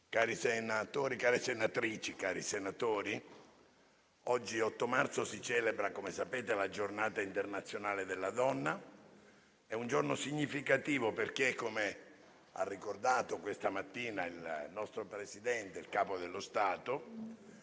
Cari senatori e care senatrici, oggi, 8 marzo, si celebra la Giornata internazionale della donna. È un giorno significativo perché - come ha ricordato questa mattina il nostro Presidente, il Capo dello Stato